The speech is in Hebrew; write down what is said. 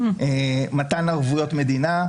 מתן ערבויות מדינה,